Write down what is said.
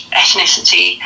ethnicity